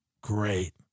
Great